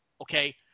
Okay